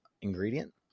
ingredient